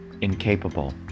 incapable